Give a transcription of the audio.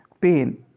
pain